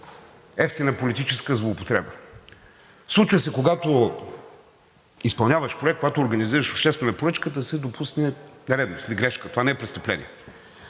евтина политическа злоупотреба. Случва се, когато изпълняваш проект, когато организираш обществена поръчка, да се допусне нередност или грешка, това не е престъпление.